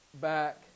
back